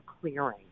clearing